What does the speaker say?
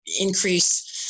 increase